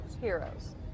Heroes